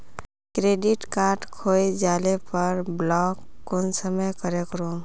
Credit card खोये जाले पर ब्लॉक कुंसम करे करूम?